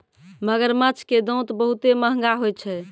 मगरमच्छ के दांत बहुते महंगा होय छै